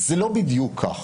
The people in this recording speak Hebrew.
זה לא בדיוק כך.